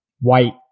White